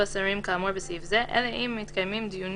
אישרה הוועדה את ההכרזה תוך חמישה ימים,